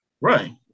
Right